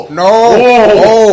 no